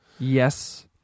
Yes